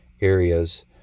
areas